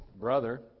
brother